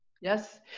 yes